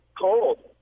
Cold